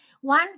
One